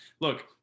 Look